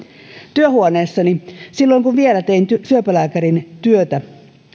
työhuoneessani silloin kun vielä tein syöpälääkärin työtä